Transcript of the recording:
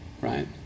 right